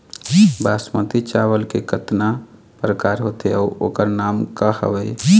बासमती चावल के कतना प्रकार होथे अउ ओकर नाम क हवे?